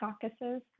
caucuses